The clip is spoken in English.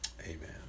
Amen